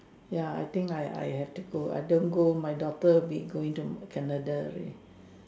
ya I think I I have to go I don't go my daughter will be going to Canada already